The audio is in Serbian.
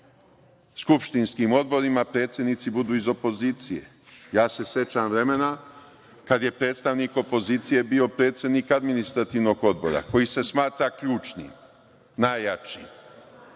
skupštinskim odborima predsednici budu iz opozicije. Sećam se vremena kada je predstavnik opozicije bio predsednik Administrativnog odbora koji se smatra ključnim, najjačim.